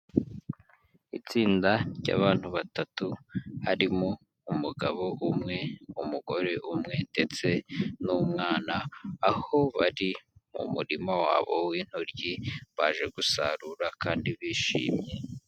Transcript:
Itsinda ry'abantu batatu harimo umugabo umwe n'umugore umwe ndetse n'umwana, aho bari mu murima wabo w'intoryi baje gusarura kandi bishimye.